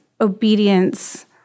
obedience—